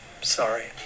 Sorry